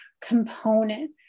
component